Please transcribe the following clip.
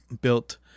built